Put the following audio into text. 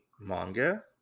manga